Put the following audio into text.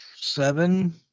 Seven